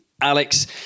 Alex